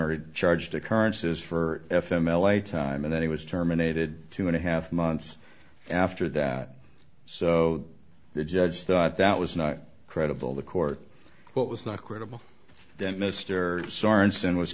or charged occurrences for f m l a time and then he was terminated two and a half months after that so the judge thought that was not credible the court but was not credible that mr sorensen was